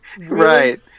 Right